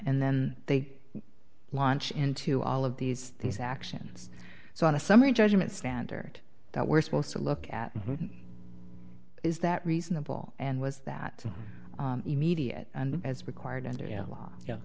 and then they launch into all of these these actions so in a summary judgment standard that we're supposed to look at is that reasonable and was that immediate and as required under